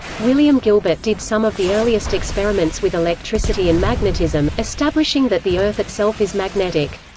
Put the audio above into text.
william gilbert did some of the earliest experiments with electricity and magnetism, establishing that the earth itself is magnetic.